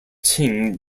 qing